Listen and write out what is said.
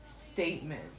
statement